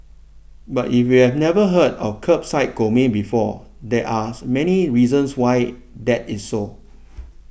but if you've never heard of Kerbside Gourmet before there are many reasons why that is so